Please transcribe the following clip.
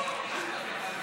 פנים?